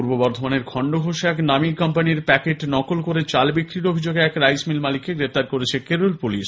পূর্ব বর্ধমানের খন্ডঘোষ এ এক নামী কোম্পানীর প্যাকেট নকল করে চাল বিক্রির অভিযোগে এক রাইস মিল মালিককে গ্রেপ্তার করেছে কেরল পুলিশ